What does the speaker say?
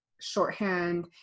shorthand